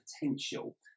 potential